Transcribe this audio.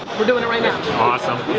we're doing it right now. awesome.